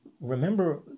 Remember